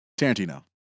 Tarantino